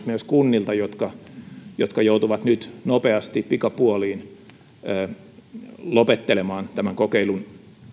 myös kunnilta jotka jotka joutuvat nyt nopeasti pikapuoliin lopettelemaan tämän kokeilun